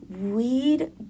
weed